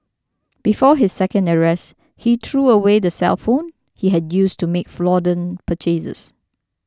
before his second arrest he threw away the cellphone he had used to make fraudulent purchases